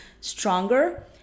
stronger